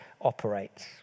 operates